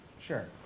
Sure